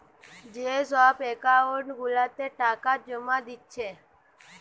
যে সব একাউন্ট গুলাতে টাকা জোমা দিচ্ছে